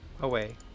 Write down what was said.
Away